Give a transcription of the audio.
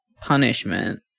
punishment